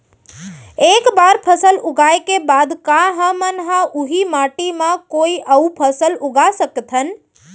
एक बार फसल उगाए के बाद का हमन ह, उही माटी मा कोई अऊ फसल उगा सकथन?